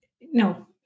no